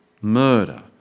murder